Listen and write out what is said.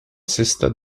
sesta